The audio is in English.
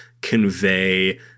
convey